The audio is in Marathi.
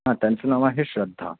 हां त्यांचं नाव आहे श्रद्धा